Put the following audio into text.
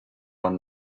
one